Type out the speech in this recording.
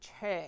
church